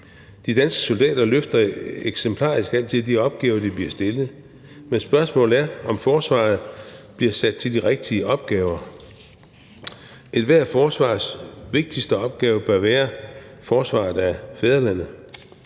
De danske soldater løfter altid eksemplarisk de opgaver, de bliver stillet. Men spørgsmålet er, om forsvaret bliver sat til de rigtige opgaver. Ethvert forsvars vigtigste opgave bør være forsvaret af fædrelandet.